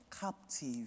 captive